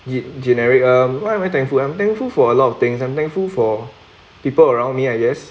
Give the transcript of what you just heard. yip generic um what am I thankful I'm thankful for a lot of things I'm thankful for people around me I guess